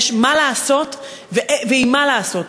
יש מה לעשות ועם מה לעשות,